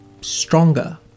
stronger